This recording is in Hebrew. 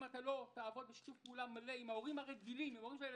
אם לא נעבוד בשיתוף פעולה מלא עם ההורים של הילדים